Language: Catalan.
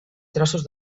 trossos